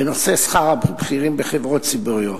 בנושא שכר הבכירים בחברות ציבוריות,